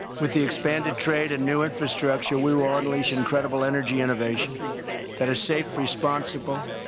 with the expanded trade and new infrastructure, we will unleash incredible energy innovation that is safe, responsible,